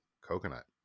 coconut